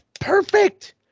perfect